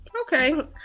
Okay